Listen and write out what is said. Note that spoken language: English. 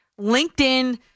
LinkedIn